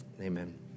Amen